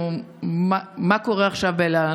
מה קורה עכשיו באל על?